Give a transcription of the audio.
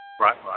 Right